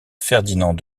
ferdinand